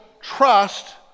trust